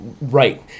Right